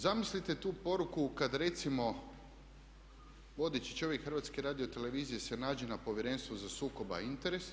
Zamislite tu poruku kada recimo vodeći čovjek HRT-a se nađe na Povjerenstvu za sukob interesa.